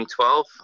2012